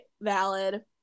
valid